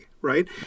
right